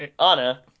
Anna